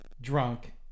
drunk